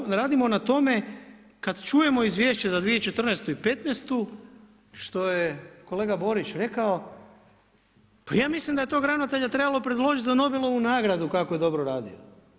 I onda kažu radimo na tome kada čujemo izvješće za 2014. i 15. što je kolega Borić rekao pa ja mislim da je tog ravnatelja predložiti za Nobelovu nagradu kako je dobro radio.